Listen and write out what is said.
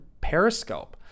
Periscope